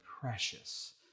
precious